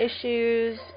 issues